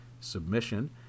Submission